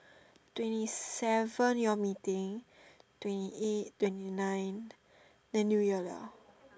twenty seven you all meeting twenty eight twenty nine then new year liao